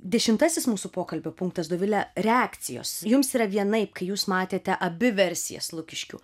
dešimtasis mūsų pokalbio punktas dovile reakcijos jums yra vienaip kai jūs matėte abi versijas lukiškių